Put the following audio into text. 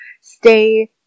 stay